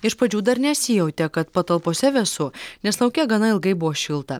iš pradžių dar nesijautė kad patalpose vėsu nes lauke gana ilgai buvo šilta